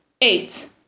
Eight